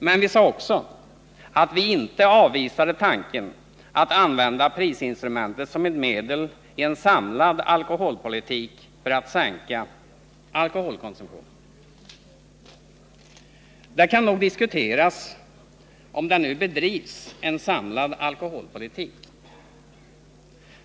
Men vi sade också att vi inte avvisade tanken att använda prisinstrumentet som ett medel i en samlad alkoholpolitik för att sänka alkoholkonsumtionen. Det kan nog diskuteras om det nu bedrivs en samlad alkoholpolitik.